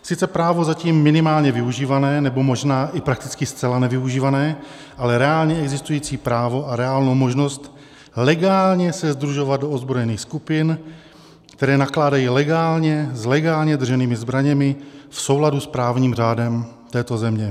Sice právo zatím minimálně využívané, nebo možná i prakticky zcela nevyužívané, ale reálně existující právo a reálnou možnost legálně se sdružovat do ozbrojených skupin, které nakládají legálně s legálně drženými zbraněmi v souladu s právním řádem této země.